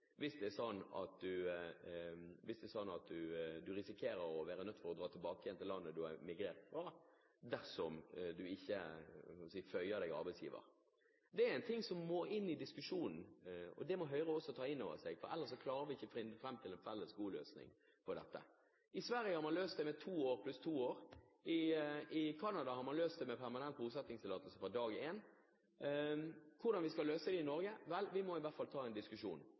hvis det er sånn at du risikerer å måtte dra tilbake til det landet du har migrert fra, dersom du ikke – skal vi si – føyer arbeidsgiver. Det er noe som må inn i diskusjonen. Det må Høyre også ta inn over seg, for ellers klarer vi ikke å finne fram til en felles god løsning på dette. I Sverige har man løst det ved to år pluss to år. I Canada har man løst det ved permanent bosettingstillatelse fra dag én. Hvordan skal vi løse det i Norge? Vi må i hvert fall ha en diskusjon.